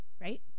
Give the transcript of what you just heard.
Right